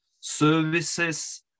services